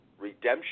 redemption